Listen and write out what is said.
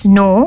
no